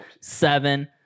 seven